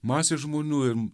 masė žmonių ir